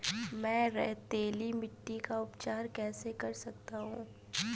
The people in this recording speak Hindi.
मैं रेतीली मिट्टी का उपचार कैसे कर सकता हूँ?